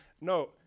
no